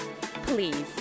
Please